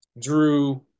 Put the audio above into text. Drew